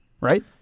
right